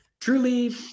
truly